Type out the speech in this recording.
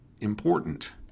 important